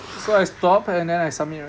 so I stop and then I submit right